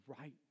right